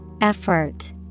Effort